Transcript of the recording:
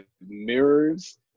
mirrors